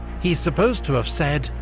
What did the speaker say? he's supposed to have said,